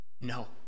No